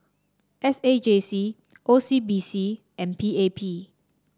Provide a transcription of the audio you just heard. S A J C O C B C and P A P